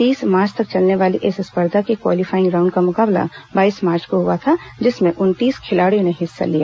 तीस मार्च तक चलने वाली इस स्पर्धा के क्वालीफाइंग राउंड का मुकाबला बाईस मार्च को हुआ था जिसमें उनतीस खिलाड़ियों ने हिस्सा लिया